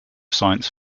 science